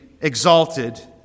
exalted